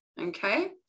okay